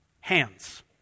hands